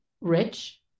rich